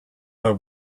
their